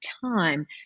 time